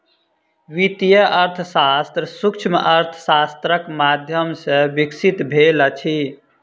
वित्तीय अर्थशास्त्र सूक्ष्म अर्थशास्त्रक माध्यम सॅ विकसित भेल अछि